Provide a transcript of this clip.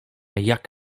jak